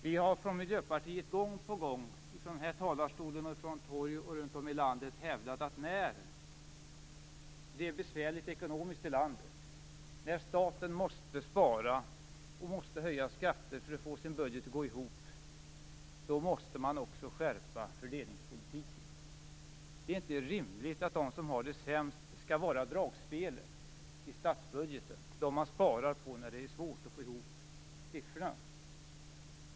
Vi i Miljöpartiet har gång på gång, från den här talarstolen och på torg runt om i landet, hävdat att när det är besvärligt ekonomiskt i landet, när staten måste spara och höja skatter för att få sin budget att gå ihop, måste man också skärpa fördelningspolitiken. Det är inte rimligt att de som har det sämst skall vara dragspelet i statsbudgeten - dem man sparar på när det är svårt att få ihop siffrorna.